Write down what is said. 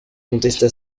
conteste